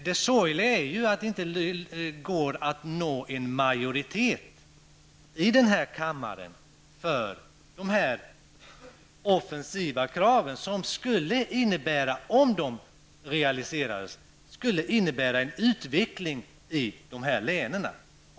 Det sorgliga är att det inte går att nå en majoritet i den här kammaren för dessa offensiva krav som, om de realiserades, skulle innebära en utveckling i de här länen.